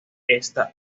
esta